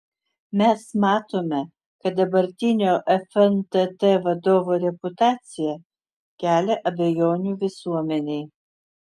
mes matome kad dabartinio fntt vadovo reputacija kelia abejonių visuomenei